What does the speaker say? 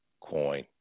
coin